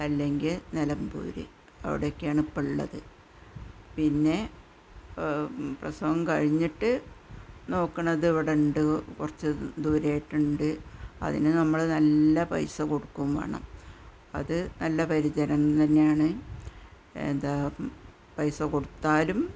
അല്ലെങ്കിൽ നിലമ്പൂർ അവിടേ ഒക്കെയാണ് ഇപ്പോൾ ഉള്ളത് പിന്നെ പ്രസവം കഴിഞ്ഞിട്ട് നോക്കുന്നത് ഇവിടെ ഉണ്ട് കുറച്ച് ദൂരെയായിട്ട് ഉണ്ട് അതിനു നമ്മൾ നല്ല പൈസ കൊടുക്കുകയും വേണം അത് നല്ല പരിചരണം തന്നെയാണ് എന്താണ് പൈസ കൊടുത്താലും